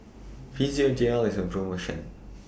Physiogel IS on promotion